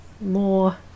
more